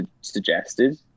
suggested